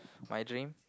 my dream